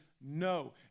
no